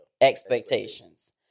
expectations